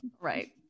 right